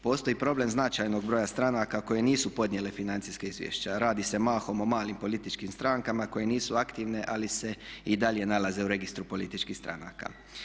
Postoji problem značajnog broja stranaka koje nisu podnijele financijska izvješća, radi se mahom o malim političkim strankama koje nisu aktivne ali se i dalje nalaze u registru političkih stranaka.